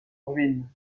ruine